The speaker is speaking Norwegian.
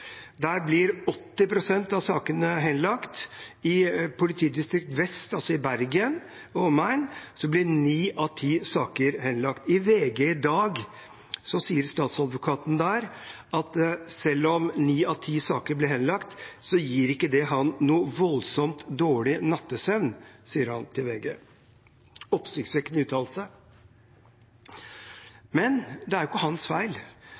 Der blir 80 pst. av sakene henlagt. I Vest politidistrikt, altså i Bergen og omegn, blir ni av ti saker henlagt. I VG i dag sier statsadvokaten der at selv om ni av ti saker blir henlagt, gir ikke det ham noe voldsomt dårlig nattesøvn. Det sier han til VG – oppsiktsvekkende uttalelse. Men det er ikke hans feil,